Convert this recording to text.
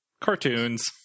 Cartoons